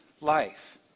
life